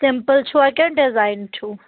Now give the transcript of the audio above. simple چھُوا کِنہٕ design چھُو